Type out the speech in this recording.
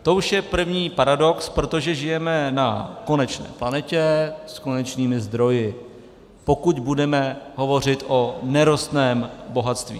To už je první paradox, protože žijeme na konečné planetě s konečnými zdroji, pokud budeme hovořit o nerostném bohatství.